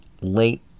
late